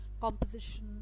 composition